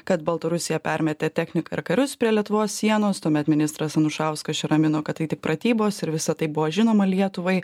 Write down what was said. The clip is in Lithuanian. kad baltarusija permetė techniką ir karius prie lietuvos sienos tuomet ministras anušauskas čia ramino kad tai tik pratybos ir visa tai buvo žinoma lietuvai